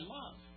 love